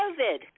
COVID